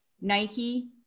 Nike